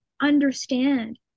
understand